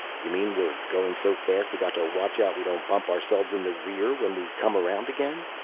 you mean we're goin' so fast we got to watch out we don't bump ourselves in the rear when we come around again?